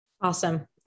Awesome